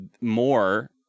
more